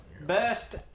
Best